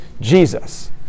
Jesus